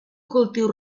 cultiu